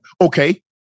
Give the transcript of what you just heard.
Okay